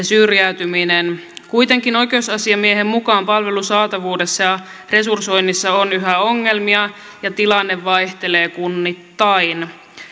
syrjäytymisensä kuitenkin oikeusasiamiehen mukaan palvelun saatavuudessa ja resursoinnissa on yhä ongelmia ja tilanne vaihtelee kunnittain